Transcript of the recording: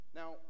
now